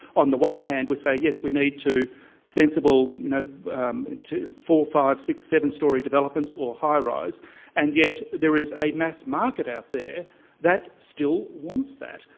on the one hand we say yes we need to sensible you know four, five, six, seven storey developments or high rise and yet there is a mass market out there that still wants that.